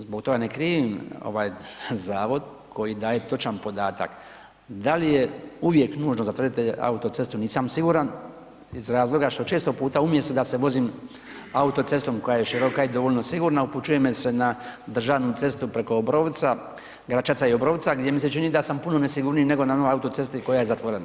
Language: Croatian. Zbog toga ne krivim zavod koji daje točan podatak da li je uvijek nužno zatvoriti autocestu, nisam siguran iz razloga što često puta umjesto da se vozim autocestom koja je široka i dovoljno sigurna upućuje me se na državnu cestu preko Obrovca, Gračaca i Obrovca gdje mi se čini da sam puno nesigurniji nego na onoj autocesti koja je zatvorena.